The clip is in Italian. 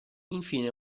infine